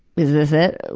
is this it?